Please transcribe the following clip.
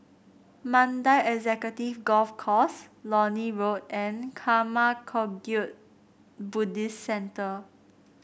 Mandai Executive Golf Course Lornie Walk and Karma Kagyud Buddhist Centre